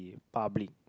public